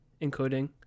including